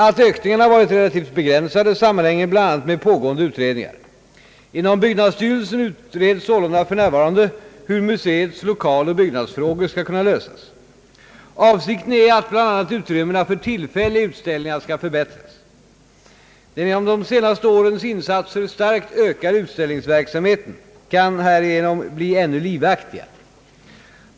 Att ökningarna varit relativt begränsade sammanhänger bl.a. med pågående utredningar. Inom byggnadsstyrelsen utreds sålunda f. n. hur museets lokaloch byggnadsfrågor skall kunna lösas. Avsikten är att bl.a. utrymmena för tillfälliga utställningar skall förbättras. Den genom de senaste årens insatser starkt ökade <utställningsverksamheten kan härigenom bli ännu livaktigare.